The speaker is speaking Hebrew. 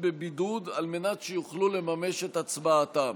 בבידוד על מנת שיוכלו לממש את הצבעתם.